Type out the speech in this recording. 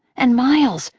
and miles,